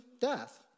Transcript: death